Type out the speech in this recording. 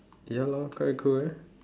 ya lah quite cool eh